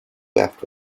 wept